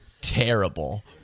terrible